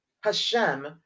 Hashem